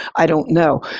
i don't know.